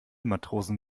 matrosen